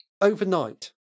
overnight